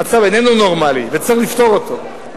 המצב איננו נורמלי, וצריך לפתור אותו.